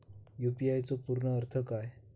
UPI चो पूर्ण अर्थ काय?